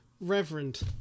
Reverend